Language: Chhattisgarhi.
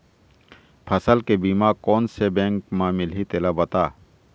फसल के बीमा कोन से बैंक म मिलही तेला बता?